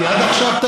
כי עד עכשיו אתה